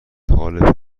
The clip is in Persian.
حال